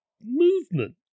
movement